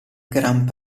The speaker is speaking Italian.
grand